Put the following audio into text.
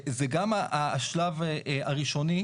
זה גם השלב הראשוני,